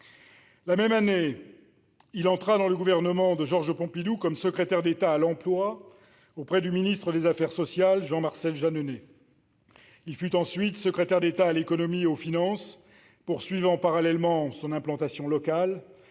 La même année, il entra dans le gouvernement de Georges Pompidou comme secrétaire d'État à l'emploi auprès du ministre des affaires sociales, Jean-Marcel Jeanneney. Il fut ensuite secrétaire d'État à l'économie et aux finances, poursuivant parallèlement son implantation locale